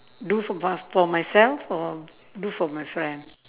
do for both for myself or do for my friend